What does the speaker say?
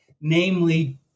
namely